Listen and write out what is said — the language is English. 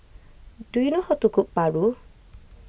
do you know how to cook Paru